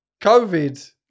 COVID